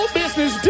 business